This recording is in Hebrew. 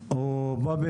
אתה יודע מה,